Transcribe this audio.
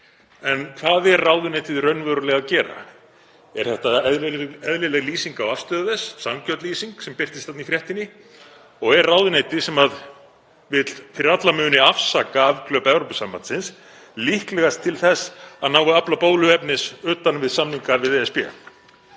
En hvað er ráðuneytið raunverulega að gera? Er þetta eðlileg lýsing á afstöðu þess, sanngjörn lýsing sem birtist þarna í fréttinni? Og er ráðuneyti, sem vill fyrir alla muni afsaka afglöp Evrópusambandsins, líklegast til þess að ná að afla bóluefnis utan við samninga við ESB?